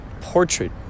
portrait